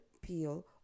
peel